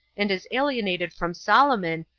and is alienated from solomon,